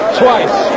twice